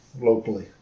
locally